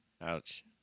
Ouch